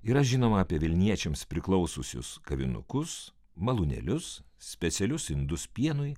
yra žinoma apie vilniečiams priklausiusius kavinukus malūnėlius specialius indus pienui